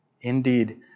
Indeed